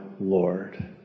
Lord